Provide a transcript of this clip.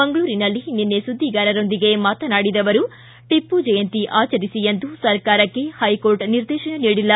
ಮಂಗಳೂರಿನಲ್ಲಿ ನಿನ್ನೆ ಸುದ್ದಿಗಾರರೊಂದಿಗೆ ಮಾತನಾಡಿದ ಅವರು ಟಪ್ಪು ಜಯಂತಿ ಆಚರಿಸಿ ಎಂದು ಸರಕಾರಕ್ಕೆ ಹೈಕೋರ್ಟ್ ನಿರ್ದೇಶನ ನೀಡಿಲ್ಲ